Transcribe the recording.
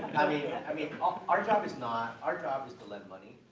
i mean, i mean um our job is not. our job is to lend money.